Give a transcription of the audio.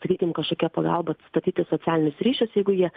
sakykim kažkokia pagalba atstatyti socialinius ryšius jeigu jie